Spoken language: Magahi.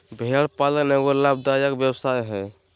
भेड़ पालन एगो लाभदायक व्यवसाय हइ